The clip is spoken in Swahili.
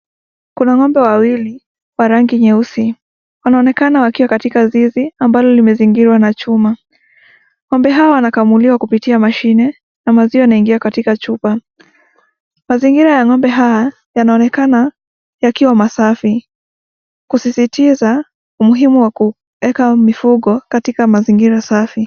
Kuna ng’ombe wawili wa rangi nyeusi wanaonekana wakiwa katika zizi ambalo limezingirwa na chuma, ng’ombe hawa wanakamuliwa kupitia mashine na maziwa yanaingia katika chupa. Mazingira ya ng’ombe hawa yanaonekana yakiwa masafi, kusisitiza umuhimu wa kuweka mifugo katika mazingira safi.